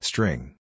String